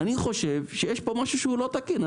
אני חושב שיש פה משהו לא תקין.